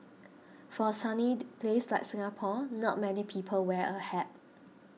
for a sunny place like Singapore not many people wear a hat